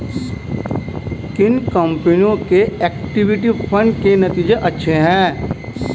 किन कंपनियों के इक्विटी फंड के नतीजे अच्छे हैं?